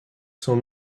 son